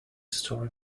story